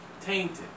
tainted